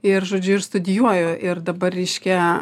ir žodžiu ir studijuoju ir dabar reiškia